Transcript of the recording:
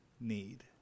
need